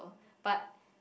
but